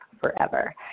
forever